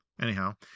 Anyhow